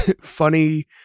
funny